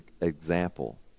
example